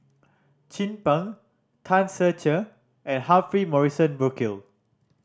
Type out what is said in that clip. Chin Peng Tan Ser Cher and Humphrey Morrison Burkill